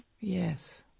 yes